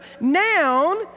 noun